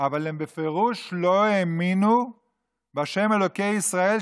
אבל הם בפירוש לא האמינו בה' אלוקי ישראל,